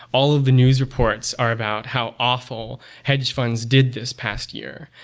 all of the news reports are about how awful hedge funds did this past year.